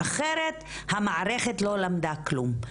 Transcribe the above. אחרת המערכת לא למדה כלום.